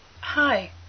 Hi